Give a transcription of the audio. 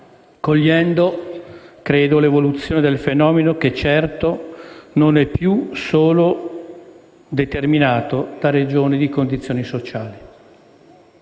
cogliendo - credo - l'evoluzione del fenomeno, che certo non è più determinato solo da condizioni sociali,